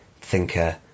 thinker